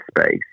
space